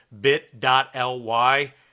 bit.ly